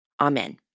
Amen